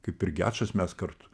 kaip ir gečas mes kartu